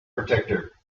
protector